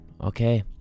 okay